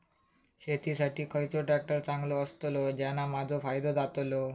शेती साठी खयचो ट्रॅक्टर चांगलो अस्तलो ज्याने माजो फायदो जातलो?